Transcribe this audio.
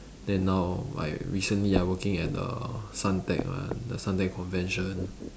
then now I recently I working at the suntec one the suntec convention